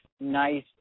nice